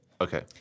Okay